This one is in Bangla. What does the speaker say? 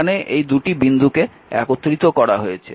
এখানে এই দুটি বিন্দুকে একত্রিত করা হয়েছে